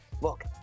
Look